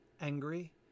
angry